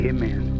Amen